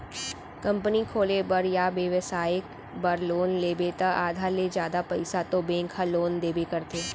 company खोले बर या बेपसाय बर लोन लेबे त आधा ले जादा पइसा तो बेंक ह लोन देबे करथे